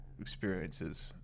experiences